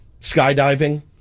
skydiving